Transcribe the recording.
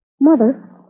Mother